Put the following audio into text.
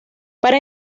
para